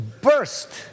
burst